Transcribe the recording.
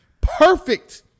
perfect